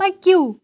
پٔکِو